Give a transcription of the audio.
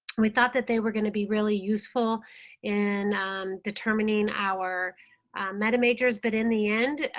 we thought that they were going to be really useful in determining our meta majors, but in the end,